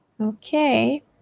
Okay